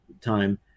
time